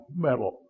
metal